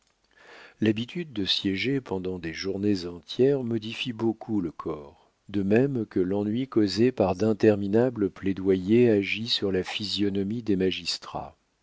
l'habitude de siéger pendant des journées entières modifie beaucoup le corps de même que l'ennui causé par d'interminables plaidoyers agit sur la physionomie des magistrats